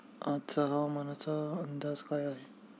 आजचा हवामानाचा अंदाज काय आहे?